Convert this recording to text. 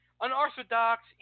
unorthodox